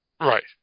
Right